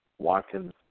Watkins